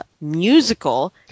musical